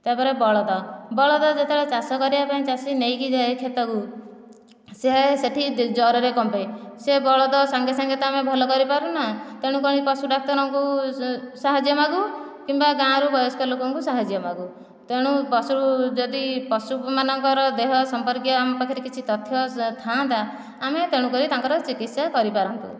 ତାପରେ ବଳଦ ବଳଦ ଯେତେବେଳେ ଚାଷ କରିବା ପାଇଁ ଚାଷୀ ନେଇକି ଯାଏ କ୍ଷେତକୁ ସେ ସେଠି ଜରରେ କମ୍ପେ ସେ ବଳଦ ସାଙ୍ଗେ ସାଙ୍ଗେ ତ ଆମେ ଭଲ କରିପାରୁନା ତେଣୁକରି ପଶୁ ଡାକ୍ତରଙ୍କୁ ସାହାଯ୍ୟ ମାଗୁ କିମ୍ବା ଗାଁରୁ ବୟସ୍କ ଲୋକଙ୍କୁ ସାହାଯ୍ୟ ମାଗୁ ତେଣୁ ପଶୁ ଯଦି ପଶୁ ମାନଙ୍କର ଦେହ ସମ୍ପର୍କିୟ ଆମ ପାଖରେ କିଛି ତଥ୍ୟ ଥାନ୍ତା ଆମେ ତେଣୁକରି ତାଙ୍କର ଚିକିତ୍ସା କରିପାରନ୍ତୁ